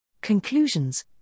Conclusions